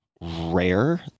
rare